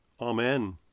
Amen